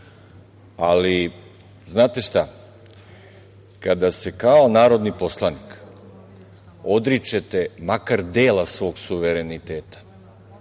ali znate šta? Kada se kao narodni poslanik odričete makar dela svog suvereniteta